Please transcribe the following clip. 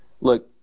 Look